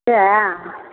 सएह